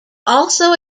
also